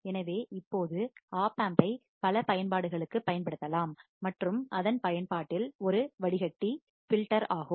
எனவே இப்போது ஓப்பாம்பை பல பயன்பாடுகளுக்குப் பயன்படுத்தலாம் மற்றும் அதன் பயன்பாட்டில் ஒன்று வடிகட்டி பில்டர் ஆகும்